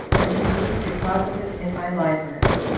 and to be deposited in my library.